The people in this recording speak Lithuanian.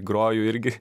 groju irgi